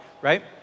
right